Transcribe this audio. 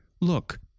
Look